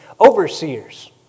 overseers